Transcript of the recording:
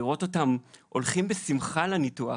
לראות אותם הולכים בשמחה לניתוח,